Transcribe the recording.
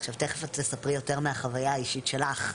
עכשיו, תכף את תספרי יותר מהחוויה האישית שלך.